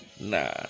Nah